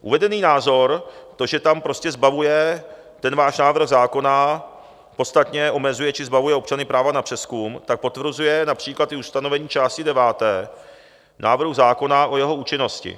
Uvedený názor, že tam prostě zbavuje váš návrh zákona, podstatně omezuje či zbavuje občany práva na přezkum, tak potvrzuje například i ustanovení části deváté návrhu zákona o jeho účinnosti.